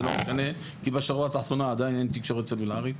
זה לא משנה כי בשורה התחתונה עדיין אין תקשורת סלולרית.